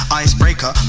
icebreaker